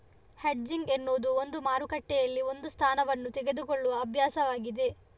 hedging ಎನ್ನುವುದು ಒಂದು ಮಾರುಕಟ್ಟೆಯಲ್ಲಿ ಒಂದು ಸ್ಥಾನವನ್ನು ತೆಗೆದುಕೊಳ್ಳುವ ಅಭ್ಯಾಸವಾಗಿದೆ